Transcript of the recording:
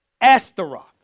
Astaroth